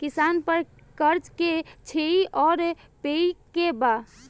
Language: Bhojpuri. किसान पर क़र्ज़े के श्रेइ आउर पेई के बा?